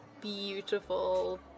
beautiful